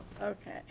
okay